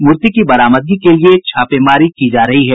मूर्ति की बरामदगी के लिए छापेमारी की जा रही है